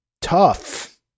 tough